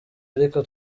ariko